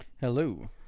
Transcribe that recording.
Hello